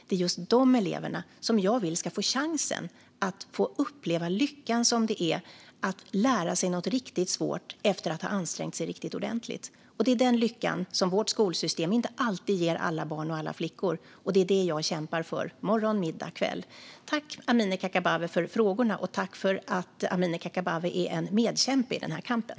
Det är just de eleverna som jag vill ska få chansen att få uppleva den lycka det innebär att lära sig något riktigt svårt efter att ha ansträngt sig riktigt ordentligt. Det är den lyckan som vårt skolsystem inte alltid ger alla barn och alla flickor, och det är det jag kämpar för - morgon, middag, kväll. Tack, Amineh Kakabaveh, för frågorna, och tack för att Amineh Kakabaveh är en medkämpe i den här kampen!